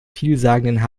vielsagenden